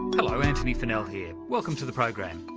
hello, antony funnell here, welcome to the program.